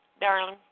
darling